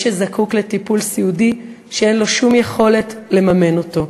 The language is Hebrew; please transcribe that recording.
שזקוק לטיפול סיעודי שאין לו שום יכולת לממן אותו,